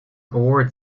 award